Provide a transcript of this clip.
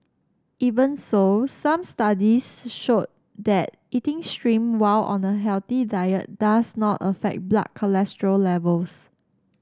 even so some studies show that eating shrimp while on a healthy diet does not affect blood cholesterol levels